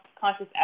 conscious